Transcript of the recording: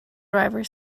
driver